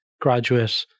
graduate